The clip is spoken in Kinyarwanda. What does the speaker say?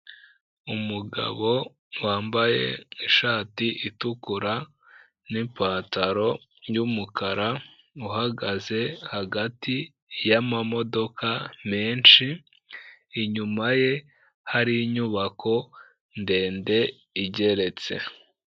Umugabo wambaye ishati itukura n'ipantaro y'umukara, uhagaze hagati y'amamodoka menshi, inyuma ye hari inyubako ndende igeretse.